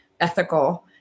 ethical